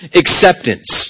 acceptance